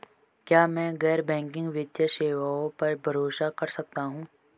क्या मैं गैर बैंकिंग वित्तीय सेवाओं पर भरोसा कर सकता हूं?